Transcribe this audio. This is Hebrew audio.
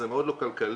זה מאוד לא כלכלי.